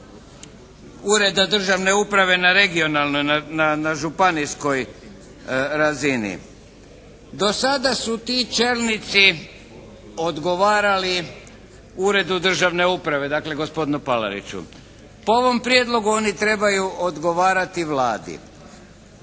ureda državne uprave na regionalnoj, na županijskoj razini? Do sada su ti čelnici odgovarali uredu državne uprave, dakle gospodinu Palariću. Po ovom Prijedlogu oni trebaju odgovarati Vladi.